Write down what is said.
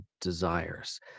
desires